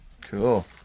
Cool